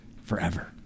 forever